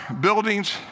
buildings